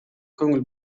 көңүл